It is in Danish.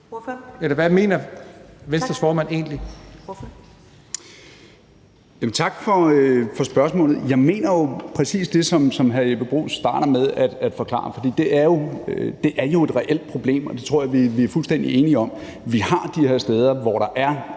Ellemann-Jensen (V): Tak for spørgsmålet. Jeg mener jo præcis det, som hr. Jeppe Bruus starter med at forklare. For det er jo et reelt problem, og det tror jeg vi er fuldstændig enige om. Vi har de her steder, hvor der er